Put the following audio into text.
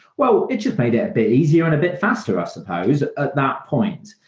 well it just made it a bit easier and a bit faster, i suppose, at that point.